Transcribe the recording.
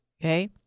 Okay